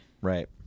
Right